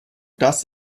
das